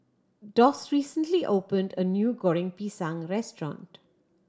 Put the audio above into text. Doss recently opened a new Goreng Pisang restaurant